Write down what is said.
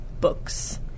books